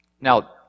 Now